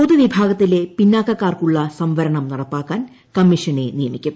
പൊതുവിഭാഗത്തില്ലെ പിന്നാക്കക്കാർക്കുള്ള ന് സംവരണം നടപ്പാക്കാൻ കമ്മീഷനെ നിയമിക്കും